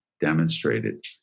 demonstrated